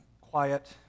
quiet